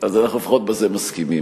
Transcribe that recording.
אז אנחנו לפחות בזה מסכימים.